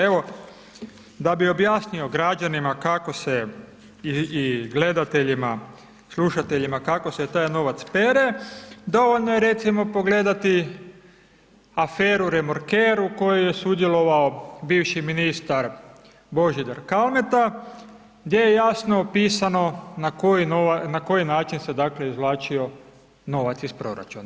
Evo, da bi objasnio građanima kako se, i gledateljima, slušateljima, kako se taj novac pere, dovoljno je recimo pogledati aferu Remorker-u u kojoj je sudjelovao bivši ministar Božidar Kalmeta gdje je jasno opisano na koji način se dakle izvlačio novac iz proračuna.